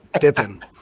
dipping